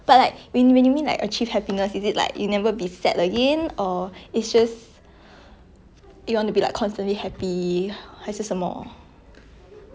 but like when when you mean like achieve happiness is it like you never be sad again or is it just you want to be like constantly happy 还是什么